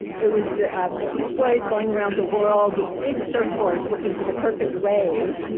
it was the beach boys going around the world with big surf boards looking for the perfect wave,